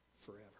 forever